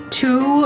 two